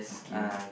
okay